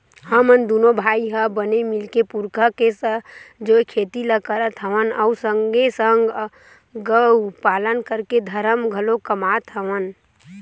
हमन दूनो भाई ह बने मिलके पुरखा के संजोए खेती ल करत हवन अउ संगे संग गउ पालन करके धरम घलोक कमात हवन